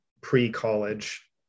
pre-college